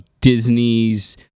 Disney's